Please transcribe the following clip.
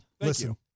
Listen